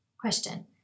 Question